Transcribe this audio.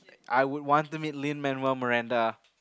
I would want to meet Lin-Manuel-Marinda